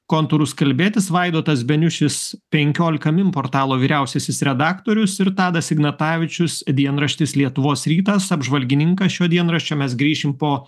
kontūrus kalbėtis vaidotas beniušis penkiolika min portalo vyriausiasis redaktorius ir tadas ignatavičius dienraštis lietuvos rytas apžvalgininkas šio dienraščio mes grįšim po